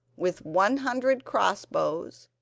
with one hundred cross-bows,